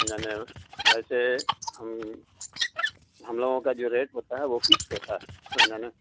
سن جانا ویسے ہم ہم لوگوں کا جو ریٹ ہوتا ہے وہ فکس ہوتا ہے سمجھا نا